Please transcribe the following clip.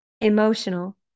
emotional